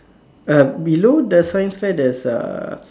uh below the science fair there's a